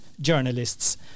journalists